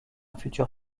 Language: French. futur